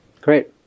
Great